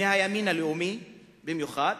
מהימין הלאומי במיוחד,